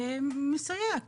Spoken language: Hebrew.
מסייע,